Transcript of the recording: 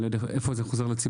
אני לא יודע איפה זה חוזר לציבור,